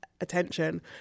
attention